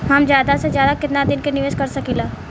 हम ज्यदा से ज्यदा केतना दिन के निवेश कर सकिला?